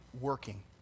working